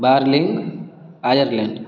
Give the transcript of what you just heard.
Berlin Ireland